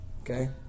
Okay